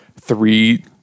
three